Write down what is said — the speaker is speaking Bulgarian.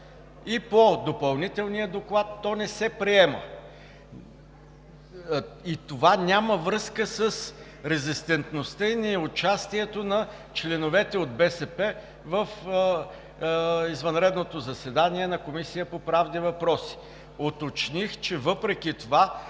и по допълнителния доклад не се приема. Това няма връзка с резистентността и неучастието на членовете от БСП в извънредното заседание на Комисията по правни въпроси. Уточних, че въпреки това